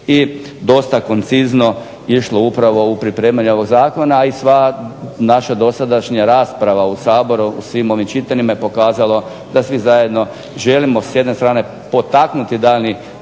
i dosta koncizno išlo upravo u pripremanje ovog zakona. A i sva naša dosadašnja rasprava u Saboru u svim ovim čitanjima je pokazala da svi zajedno želimo s jedne strane potaknuti daljnji